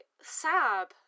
Sab